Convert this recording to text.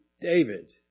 David